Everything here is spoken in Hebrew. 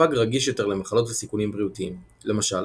הפג רגיש יותר למחלות וסיכונים בריאותיים, למשל